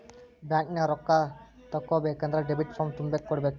ಬ್ಯಾಂಕ್ನ್ಯಾಗ ರೊಕ್ಕಾ ತಕ್ಕೊಬೇಕನ್ದ್ರ ಡೆಬಿಟ್ ಫಾರ್ಮ್ ತುಂಬಿ ಕೊಡ್ಬೆಕ್